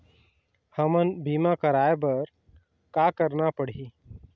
हमन बीमा कराये बर का करना पड़ही?